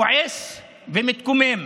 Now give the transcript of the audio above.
כועס ומתקומם.